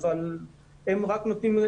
אבל הם רק מפנים,